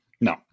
No